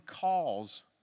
calls